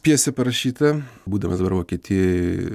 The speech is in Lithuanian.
pjesė parašyta būdamas dabar vokietijoj